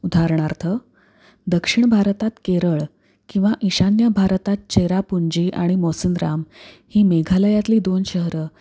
उदाहरणार्थ दक्षिण भारतात केरळ किंवा ईशान्य भारतात चेरापुंजी आणि मोसिनराम ही मेघालयातली दोन शहरं